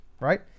right